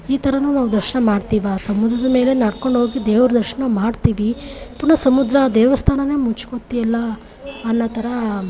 ಈ ಥರನೂ ನಾವು ದರ್ಶನ ಮಾಡ್ತೀವಾ ಸಮುದ್ರದ ಮೇಲೆ ನಡ್ಕೊಂಡು ಹೋಗಿ ದೇವ್ರ ದರ್ಶನ ಮಾಡ್ತೀವಿ ಪುನಃ ಸಮುದ್ರ ದೇವಸ್ಥಾನವೇ ಮುಚ್ಕೊಳ್ತೀಯಲ್ಲ ಅನ್ನೋ ಥರ